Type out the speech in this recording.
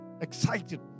excited